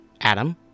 Adam